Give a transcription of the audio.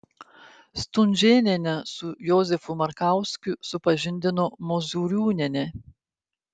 stunžėnienę su jozefu markauskiu supažindino mozūriūnienė